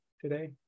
today